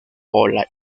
bola